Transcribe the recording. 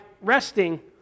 resting